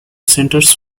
centers